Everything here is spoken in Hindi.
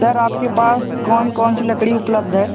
सर आपके पास कौन कौन सी लकड़ी उपलब्ध है